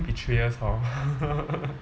betrayals hor